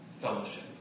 fellowship